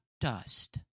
dust